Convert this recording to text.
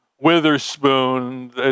Witherspoon